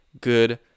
good